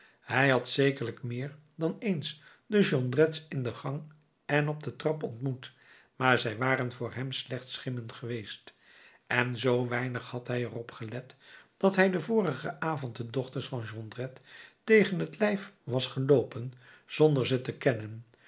hij had zekerlijk meer dan eens de jondrettes in de gang en op de trap ontmoet maar zij waren voor hem slechts schimmen geweest en zoo weinig had hij er op gelet dat hij den vorigen avond de dochters van jondrette tegen t lijf was geloopen zonder ze te kennen